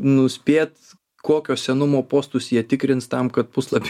nuspėt kokio senumo postus jie tikrins tam kad puslapį